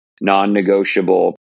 non-negotiable